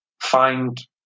find